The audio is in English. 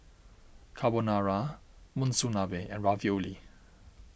Carbonara Monsunabe and Ravioli